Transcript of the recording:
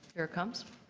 here it comes.